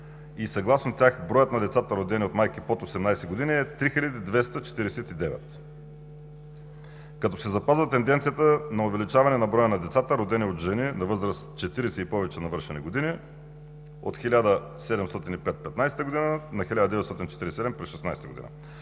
и съгласно тях броят на децата, родени от майки под 18 години, е 3249, като се запазва тенденцията на увеличаване на броя на децата, родени от жени на възраст 40 и повече навършени години, от 1705 през 2015 г. на